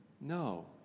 No